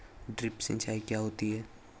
Drip सिंचाई क्या होती हैं?